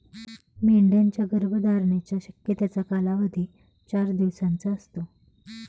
मेंढ्यांच्या गर्भधारणेच्या शक्यतेचा कालावधी चार दिवसांचा असतो